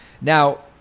Now